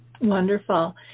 Wonderful